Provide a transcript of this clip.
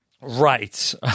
Right